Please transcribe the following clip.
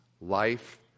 Life